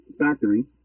factory